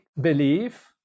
belief